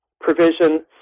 provision